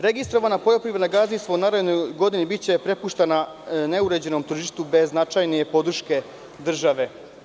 Registrovana poljoprivredna gazdinstva u narednoj godini biće prepuštena neuređenom tržištu, bez značajnije podrške države.